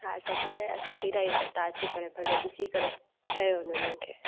हा त भले असां बिह रहिया आहियूं त तव्हां अची करे भले ॾिसी करे चयो हुननि खे